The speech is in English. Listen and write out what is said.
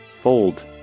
Fold